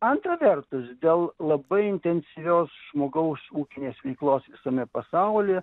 antra vertus dėl labai intensyvios žmogaus ūkinės veiklos visame pasaulyje